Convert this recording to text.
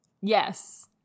Yes